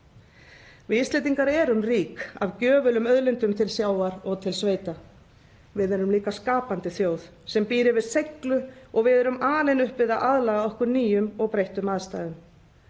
Við Íslendingar erum rík af gjöfulum auðlindum til sjávar og til sveita. Við erum skapandi þjóð sem býr yfir seiglu og erum alin upp við að aðlaga okkur nýjum og breyttum aðstæðum.